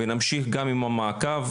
ונמשיך למעקב.